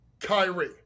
Kyrie